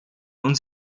uns